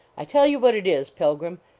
i tell you what it is, pilgrim,